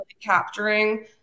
capturing